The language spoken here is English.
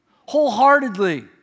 wholeheartedly